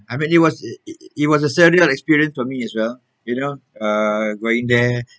I bet it was it it was a surreal experience for me as well you know uh going there